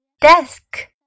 desk